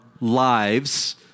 lives